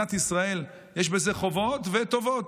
ממדינת ישראל, יש בזה חובות וטובות.